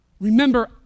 Remember